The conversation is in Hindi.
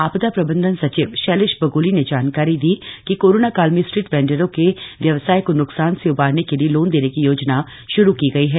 आपदा प्रबंधन सचिव शैलेश बगोली ने जानकारी दी कि कोरोना काल में स्ट्रीट वेंडरों के व्यवसाय को नुकसान से उबारने के लिए लोन देने की योजना श्रू की गई है